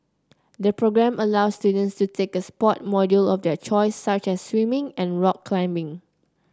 the programme allows students to take a sport module of their choice such as swimming and rock climbing